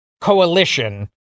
coalition